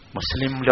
Muslim